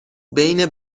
بین